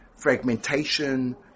Fragmentation